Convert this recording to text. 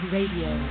Radio